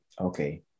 Okay